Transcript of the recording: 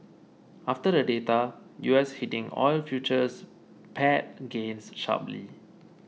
after the data U S heating oil futures pared gains sharply